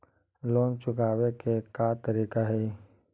Loan चुकावे के का का तरीका हई?